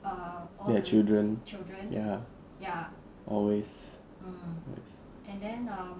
their children ya always always